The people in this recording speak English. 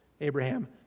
Abraham